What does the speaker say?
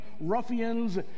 ruffians